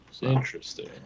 Interesting